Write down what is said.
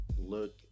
look